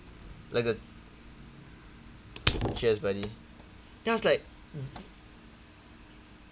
like the cheers buddy then I was like